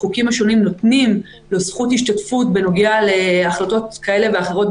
החוקים השונים נותנים לו זכות השתתפות בנוגע להחלטות כאלה ואחרות,